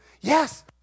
yes